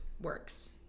works